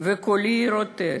וקולי רוטט: